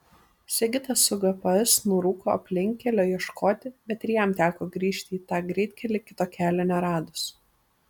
sigitas su gps nurūko aplinkkelio ieškoti bet ir jam teko grįžti į tą greitkelį kito kelio neradus